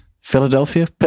Philadelphia